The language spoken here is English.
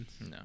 no